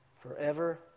forever